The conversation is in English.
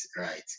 right